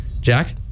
Jack